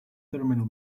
terminal